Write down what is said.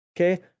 Okay